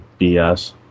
BS